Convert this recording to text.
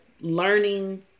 learning